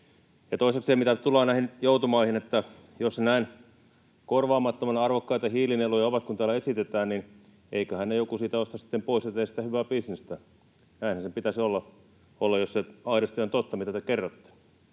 Toisekseen mitä tulee näihin joutomaihin, niin jos ne näin korvaamattoman arvokkaita hiilinieluja ovat kuin täällä esitetään, niin eiköhän ne joku siitä osta sitten pois ja tee siitä hyvää bisnestä. Näinhän sen pitäisi olla, jos se aidosti on totta, mitä te kerrotte.